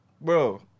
bro